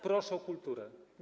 Proszę o kulturę.